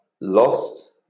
lost